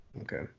Okay